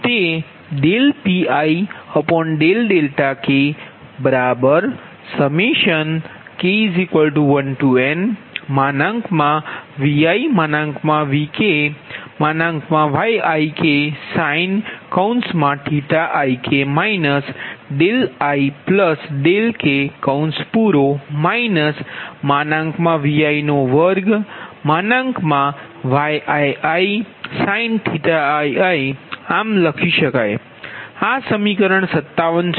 તે Piik1nViVkYiksin⁡ik ik Vi2Yiisin⁡ આમ લખી શકાય આ સમીકરણ 57 છે